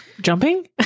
Jumping